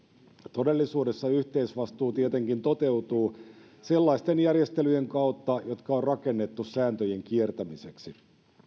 todellisuudessa yhteisvastuu tietenkin toteutuu sellaisten järjestelyjen kautta jotka on rakennettu sääntöjen kiertämiseksi